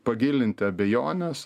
pagilinti abejones